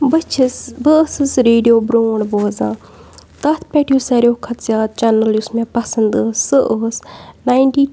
بہٕ چھَس بہٕ ٲسٕس ریڈیو برونٛٹھ بوزان تَتھ پٮ۪ٹھ یُس ساروی کھۄتہٕ زیادٕ چَنَل یُس مےٚ پَسنٛد ٲس سۄ ٲس نایِنٹی